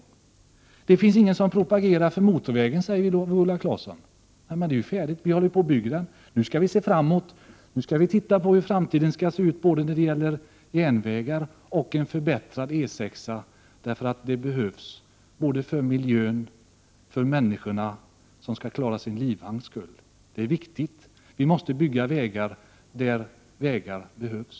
Viola Claesson säger att det inte finns någon som propagerar för motorvägen. Men beslutet är fattat, och vi håller på att bygga den. Nu skall vi se framåt och på hur framtiden skall se ut både när det gäller järnvägar och förbättringar av E6-an. Det behövs både för miljön och för människorna som skall klara sin livhank. Det är viktigt. Vi måste bygga vägar där vägar behövs.